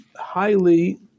highly